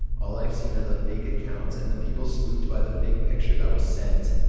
all i've seen are the fake accounts and the people spooked by the fake picture that was sent.